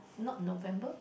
not November